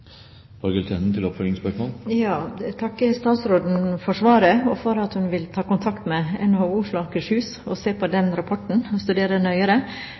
takker statsråden for svaret, og for at hun vil ta kontakt med NHO Oslo og Akershus og